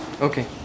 Okay